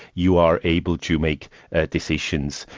you are able to make ah decisions.